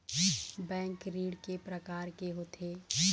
Bank ऋण के प्रकार के होथे?